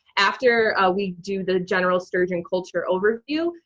after we do the general sturgeon culture overview,